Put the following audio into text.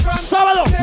Sábado